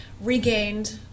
regained